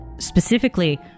Specifically